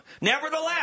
nevertheless